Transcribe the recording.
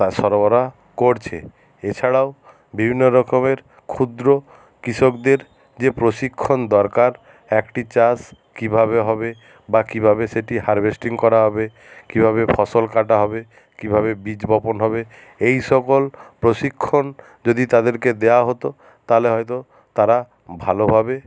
তা সরবরাহ করছে এছাড়াও বিভিন্ন রকমের ক্ষুদ্র কৃষকদের যে প্রশিক্ষণ দরকার একটি চাষ কীভাবে হবে বা কীভাবে সেটি হারভেস্টিং করা হবে কীভাবে ফসল কাটা হবে কীভাবে বীজ বপন হবে এই সকল প্রশিক্ষণ যদি তাদেরকে দেওয়া হতো তাহলে হয়তো তারা ভালোভাবে